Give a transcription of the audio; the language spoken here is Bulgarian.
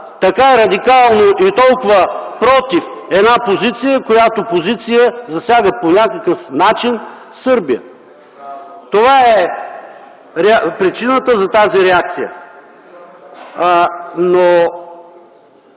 така радикално и толкова против една позиция, която засяга по някакъв начин Сърбия. Това е причината за тази реакция. Все